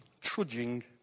trudging